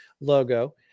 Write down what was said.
logo